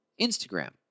Instagram